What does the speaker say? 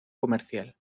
comercial